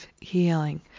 healing